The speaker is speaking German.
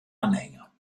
anhänger